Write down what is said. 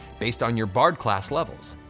based on your bard class levels.